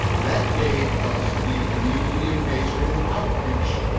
that gave us the community engagement and outreach